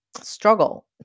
struggle